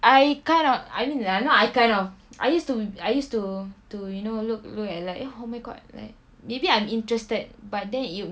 I kind of I mean not I kind of I used to I used to to you know look look at like eh oh my god like maybe I'm interested but then it'll